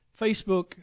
Facebook